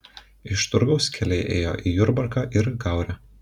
iš turgaus keliai ėjo į jurbarką ir gaurę